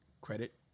Credit